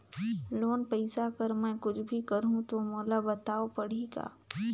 Loan पइसा कर मै कुछ भी करहु तो मोला बताव पड़ही का?